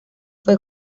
fue